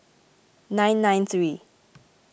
nine nine three